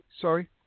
sorry